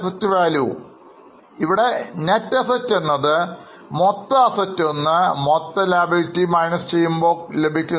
Net Asset Value എന്നാണ് ഇവിടെ Net asset എന്നത് മൊത്തം Asset നിന്നും മൊത്തം Liability കുറച്ച്തിനെയാണ് സൂചിപ്പിക്കുന്നത്